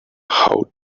how